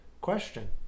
question